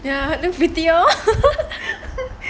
err look pretty lor